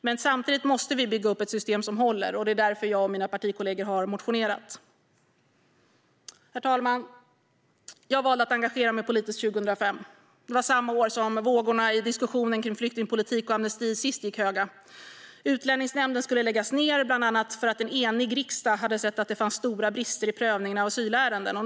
Men samtidigt måste vi bygga upp ett system som håller, och det är därför jag och mina partikollegor har motionerat. Herr talman! Jag valde att engagera mig politiskt 2005, samma år som vågorna i diskussionen kring flyktingpolitik och amnesti sist gick höga. Utlänningsnämnden skulle läggas ned, bland annat för att en enig riksdag hade sett att det fanns stora brister i prövningen av asylärenden.